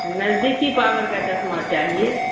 نزدیکی پاور کا چشمہ چاہیے